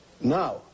Now